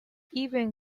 even